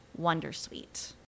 Wondersuite